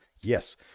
Yes